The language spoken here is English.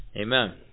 Amen